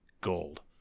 gold